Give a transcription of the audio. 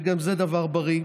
וגם זה דבר בריא,